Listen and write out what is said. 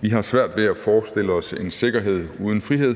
Vi har svært ved at forestille os en sikkerhed uden frihed,